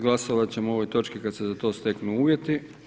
Glasovati ćemo o ovoj točci kada se za to steknu uvjeti.